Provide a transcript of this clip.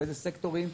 באיזה סקטורים,